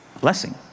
blessing